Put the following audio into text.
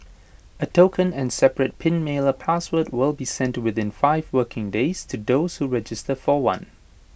A token and separate pin mailer password will be sent within five working days to those who register for one